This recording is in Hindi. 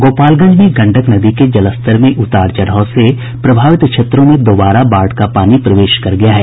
गोपालगंज में गंडक नदी के जलस्तर में उतार चढ़ाव से प्रभावित क्षेत्रों में दोबारा बाढ़ का पानी प्रवेश कर गया है